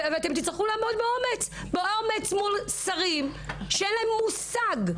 ואתם תצטרכו לעמוד באומץ מול שרים שאין להם מושג,